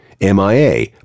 MIA